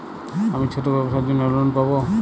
আমি ছোট ব্যবসার জন্য লোন পাব?